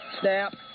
snap